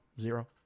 zero